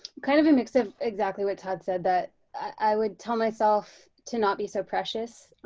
kind of a mix of exactly what todd said that i would tell myself to not be so precious.